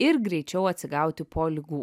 ir greičiau atsigauti po ligų